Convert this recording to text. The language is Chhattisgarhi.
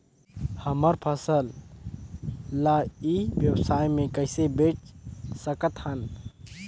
हमर फसल ल ई व्यवसाय मे कइसे बेच सकत हन?